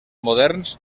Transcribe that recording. moderns